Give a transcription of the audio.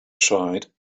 tried